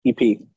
EP